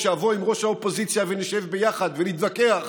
ושאבוא עם ראש האופוזיציה ונשב ביחד ונתווכח